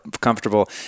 comfortable